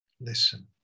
listen